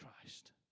Christ